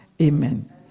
Amen